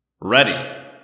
Ready